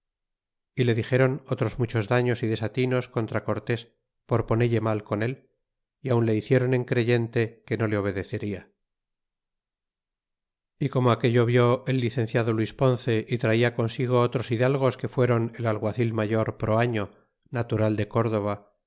y le dixéron otros muchos daños y desatinos contra cortés por ponche mal con él y aun le hiciéron encreyente que no le obedeceria y como aquello vió el licenciado luis ponce é traia consigo otros hidalgos que fuéron el alguacil mayor proaño natural de córdova